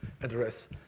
address